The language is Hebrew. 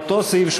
אותו סעיף,